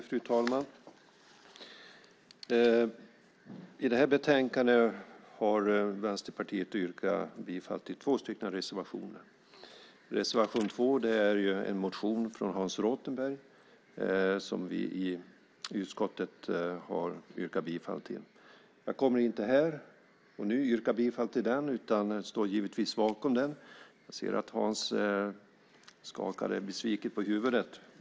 Fru talman! I det här betänkandet har Vänsterpartiet yrkat bifall till två reservationer. Reservation 2 gäller en motion från Hans Rothenberg som vi i utskottet har yrkat bifall till. Jag kommer inte att här yrka bifall till den men står givetvis bakom den. Jag ser att Hans skakar besviket på huvudet.